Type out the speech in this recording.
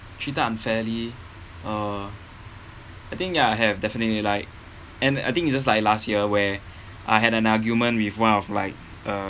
treated unfairly uh I think ya I have definitely like and I think it's just like last year where I had an argument with one of like uh